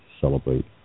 celebrate